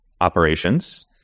operations